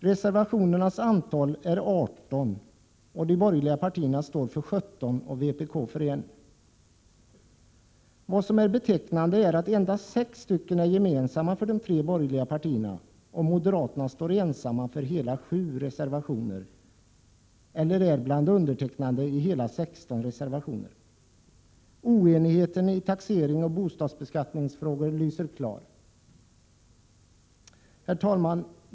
Reservationernas antal är 18 och de borgerliga partierna står för 17 och vpk för 1. Vad som är betecknande är att endast 6 reservationer är gemensamma för de tre borgerliga partierna och att moderaterna står ensamma för hela 7 reservationer eller är bland dem som står antecknade på hela 16 reservationer. Oenigheten i taxeringsoch bostadsbeskattningsfrågor lyser klart. Herr talman!